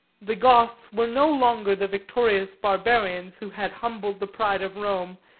the goths were no longer the victorious barbarians, who had humbled the pride of rome,